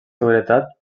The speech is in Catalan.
seguretat